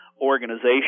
organization